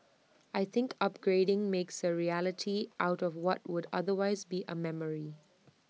I think upgrading makes A reality out of what would otherwise be A memory